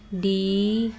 D